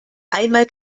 einmal